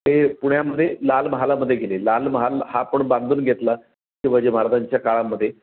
ते पुण्यामध्ये लाल महालामध्ये गेले लाल महाल हा पण बांधून घेतला शिवाजी महाराजांच्या काळामध्ये